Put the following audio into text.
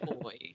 boy